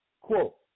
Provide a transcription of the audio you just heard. quote